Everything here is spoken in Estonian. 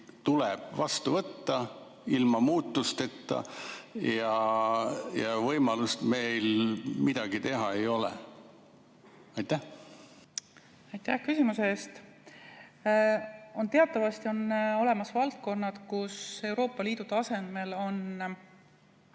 tuleb vastu võtta ilma muutusteta ja võimalust meil midagi teha ei ole. Aitäh küsimuse eest! On teatavasti olemas valdkonnad, kus Euroopa Liidu tasemel